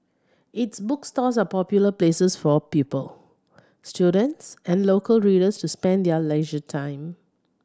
its bookstores are popular places for pupil students and local readers to spend their leisure time